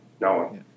no